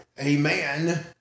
amen